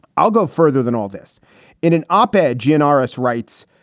i'll go further than all this in an op ed, janoris writes,